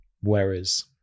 whereas